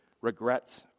regrets